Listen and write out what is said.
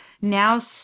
now